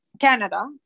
canada